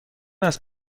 است